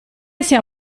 sia